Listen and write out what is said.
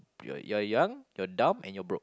you're you're young you're dumb and you're broke